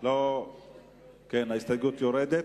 ההסתייגות יורדת.